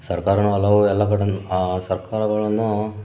ಸರ್ಕಾರವು ಹಲವು ಎಲ್ಲ ಕಡೇಯು ಸರ್ಕಾರಗಳನ್ನು